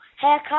haircut